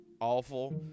Awful